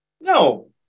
No